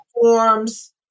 forms